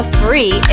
free